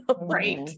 Right